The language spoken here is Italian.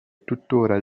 tuttora